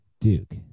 Duke